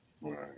Right